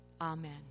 Amen